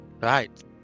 Right